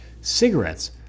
Cigarettes